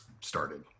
started